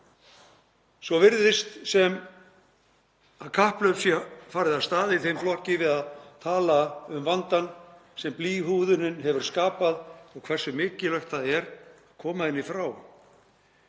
Svo virðist sem kapphlaup sé farið af stað í þeim flokki við að tala um vandann sem blýhúðunin hefur skapað og hversu mikilvægt það er að koma henni frá.